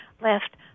left